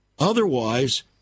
Otherwise